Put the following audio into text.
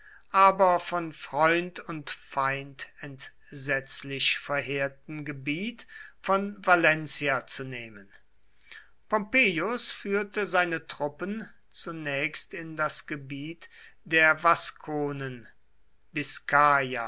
aber von freund und feind entsetzlich verheerten gebiet von valentia zu nehmen pompeius führte seine truppen zunächst in das gebiet der vasconen bis